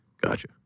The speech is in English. Gotcha